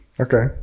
Okay